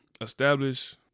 establish